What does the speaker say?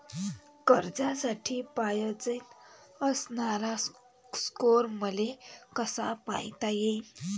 कर्जासाठी पायजेन असणारा स्कोर मले कसा पायता येईन?